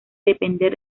depender